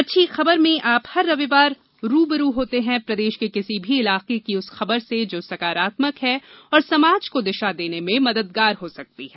अच्छी खबर में आप हर रविवार रू ब रू होते हैं प्रदेश के किसी भी इलाके की उस खबर से जो सकारात्मक है और समाज को दिशा देने में मददगार हो सकती है